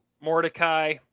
Mordecai